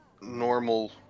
normal